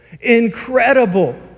Incredible